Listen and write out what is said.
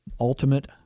Ultimate